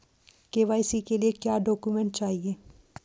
KYC के लिए क्या क्या डॉक्यूमेंट चाहिए?